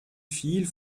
viel